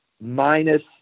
minus –